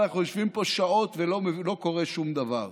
אנחנו יושבים פה שעות ולא קורה שום דבר.